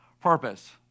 purpose